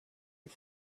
you